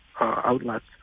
outlets